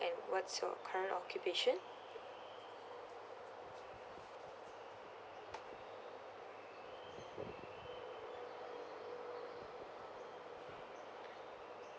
and what's your current occupation